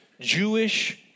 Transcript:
Jewish